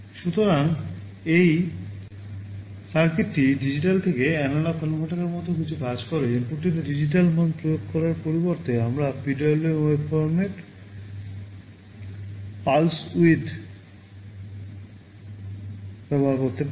সুতরাং এই সার্কিটটি ডিজিটাল থেকে এনালগ কনভার্টারের মতো কিছু কাজ করে ইনপুটটিতে ডিজিটাল মান প্রয়োগ করার পরিবর্তে আমরা PWM ওয়েভফর্মের pulse width ব্যবহার করতে পারি